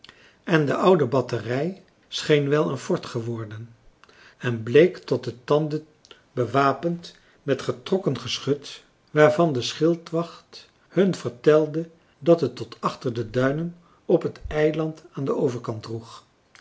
en de oude batterij scheen wel een fort geworden en bleek tot de tanden bewapend met getrokken geschut waarvan de schildwacht hun vertelde dat het tot achter de duinen op het eiland aan den overkant